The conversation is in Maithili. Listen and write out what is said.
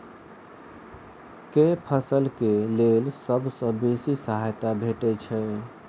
केँ फसल केँ लेल सबसँ बेसी सहायता भेटय छै?